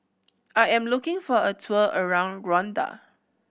I am looking for a tour around Rwanda